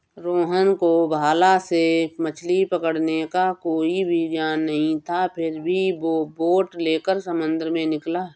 रोहन को भाला से मछली पकड़ने का कोई भी ज्ञान नहीं था फिर भी वो बोट लेकर समंदर में निकला